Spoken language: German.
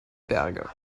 berge